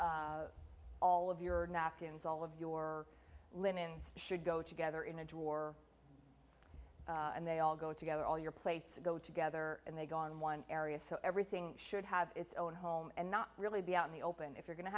all of your napkins all of your linens should go together in a drawer and they all go together all your plates go together and they've gone in one area so everything should have its own home and not really be out in the open if you're going to